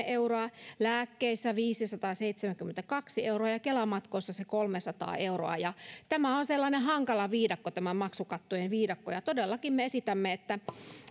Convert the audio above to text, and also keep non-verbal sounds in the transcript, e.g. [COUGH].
[UNINTELLIGIBLE] euroa lääkkeissä viisisataaseitsemänkymmentäkaksi euroa ja kela matkoissa se kolmesataa euroa tämä on on sellainen hankala maksukattojen viidakko ja todellakin me esitämme että